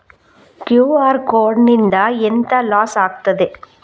QR code ನಿಂದ ಎಂತ loss ಆಗ್ತದೆ?